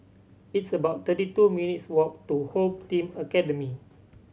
it's about thirty two minutes' walk to Home Team Academy